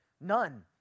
None